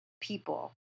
people